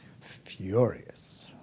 furious